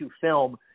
film